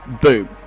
Boom